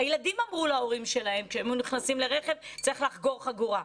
הילדים אמרו להורים שלהם כשהם היו נכנסים לרכב שצריך לחגור חגורה,